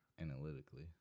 analytically